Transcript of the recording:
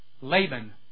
Laban